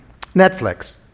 Netflix